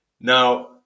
Now